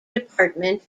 department